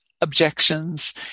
objections